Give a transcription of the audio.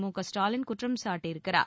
மு க ஸ்டாலின் குற்றம் காட்டியிருக்கிறார்